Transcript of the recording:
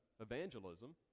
Evangelism